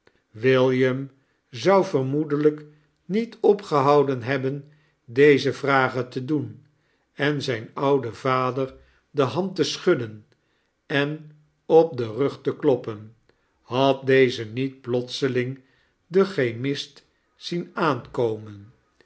william zou vennoedelijk niet opgehouden hebben deze vrageh te doen en zijn ouden vader de hand te schudden en op den rug te kloppen had deze niet plotseling den chemist zien aamkomen